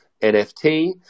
NFT